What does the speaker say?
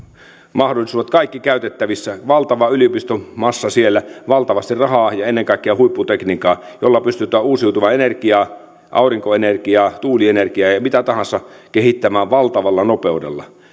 mahdollisuudet kaikki käytettävissä valtava yliopistomassa siellä valtavasti rahaa ja ennen kaikkea huipputekniikkaa jolla pystytään uusiutuvaa energiaa aurinkoenergiaa tuulienergiaa ja ja mitä tahansa kehittämään valtavalla nopeudella